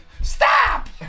Stop